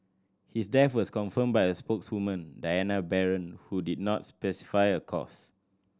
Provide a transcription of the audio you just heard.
his death was confirmed by a spokeswoman Diana Baron who did not specify a cause